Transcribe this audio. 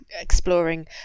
exploring